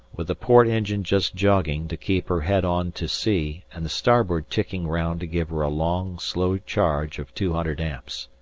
with the port engine just jogging to keep her head on to sea and the starboard ticking round to give her a long, slow charge of two hundred amps.